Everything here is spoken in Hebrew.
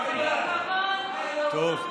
אתם יודעים הכול, טוב,